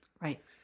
Right